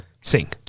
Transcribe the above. sing